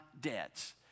debts